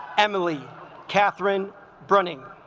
emily katherine running